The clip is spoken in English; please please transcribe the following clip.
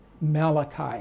Malachi